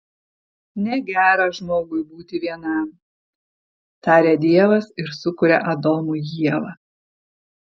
negera žmogui būti vienam taria dievas ir sukuria adomui ievą